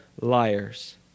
liars